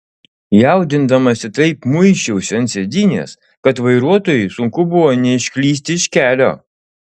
jaudindamasi taip muisčiausi ant sėdynės kad vairuotojui sunku buvo neišklysti iš kelio